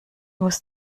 muss